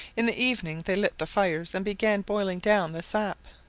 in the evening they lit the fires and began boiling down the sap.